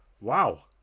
wow